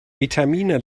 vitamine